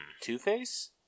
Two-Face